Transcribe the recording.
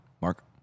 Mark